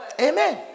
Amen